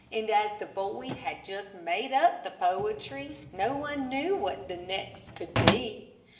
and as the boy had just made up the poetry, no one knew what the next could be.